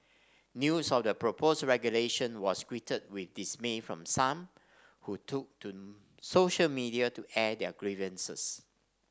news of the proposed regulation was greeted with dismay from some who took to social media to air their grievances